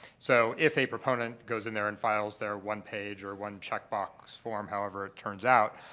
so, if a proponent goes in there and files their one-page or one-checkbox form, however it turns out,